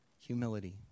Humility